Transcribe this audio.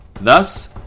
Thus